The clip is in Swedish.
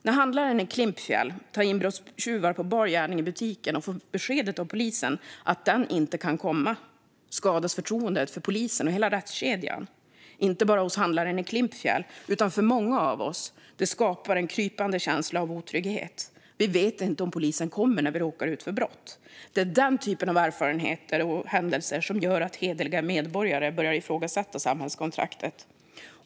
När handlaren i Klimpfjäll tar inbrottstjuvar i butiken på bar gärning och får beskedet av polisen att man inte kan komma skadas förtroendet för polisen och hela rättskedjan. Det gäller inte bara handlaren i Klimpfjäll. Hos många av oss skapar det en krypande känsla av otrygghet. Vi vet inte om polisen kommer när vi råkar ut för brott. Det är den typen av erfarenheter och händelser som gör att hederliga medborgare börjar ifrågasätta samhällskontraktet.